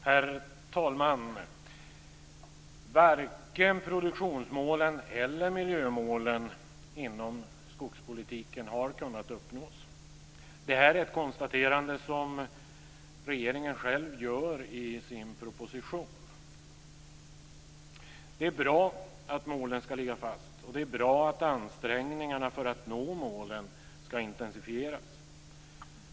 Herr talman! Varken produktionsmålen eller miljömålen inom skogspolitiken har kunnat uppnås. Det är ett konstaterande som regeringen själv gör i sin proposition. Det är bra att målen skall ligga fast, och det är bra att ansträngningarna för att nå målen skall intensifieras.